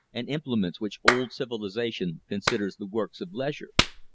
and implements which old civilization considers the works of leisure.